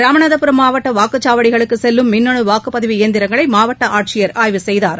இராமநாதபுர மாவட்டவாக்குச்சாவடிகுளுக்குசெல்லும் மின்ன்னவாக்குப்பதிவு இயந்திரங்களைமாவட்டஆட்சியர் ஆய்வு செய்தார்